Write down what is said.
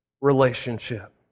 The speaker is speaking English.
relationship